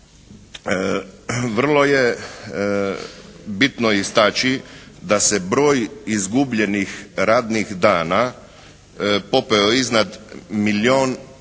Vrlo je bitno istaći da se broj izgubljenih radnih dana popeo iznad milijun i